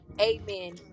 amen